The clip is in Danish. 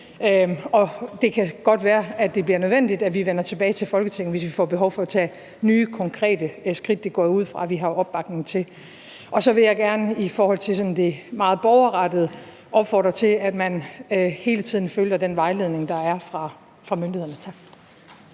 det kan godt være, at det bliver nødvendigt, at vi vender tilbage til Folketinget, hvis vi får behov for at tage nye konkrete skridt. Det går jeg ud fra at vi har opbakning til. Så vil jeg gerne i forhold til det sådan meget borgerrettede opfordre til, at man hele tiden følger den vejledning, der er fra myndighedernes side.